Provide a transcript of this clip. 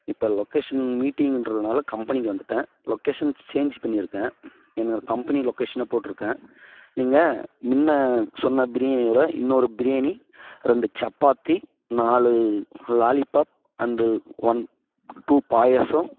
இப்போ லொக்கேஷன் மீட்டிங்கின்றதுனால் கம்பெனிக்கு வந்துட்டேன் லொக்கேஷன் சேஞ்ச் பண்ணியிருக்கேன் என்னோடய கம்பெனி லொக்கேஷன் போட்டிருக்கேன் நீங்கள் முன்ன சொன்ன பிரியாணியோட இன்னோரு பிரியாணி ரெண்டு சப்பாத்தி நாலு lollipop and one two payasam